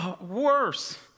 worse